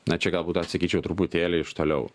na čia galbūt atsakyčiau truputėlį iš toliau